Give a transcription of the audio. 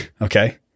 Okay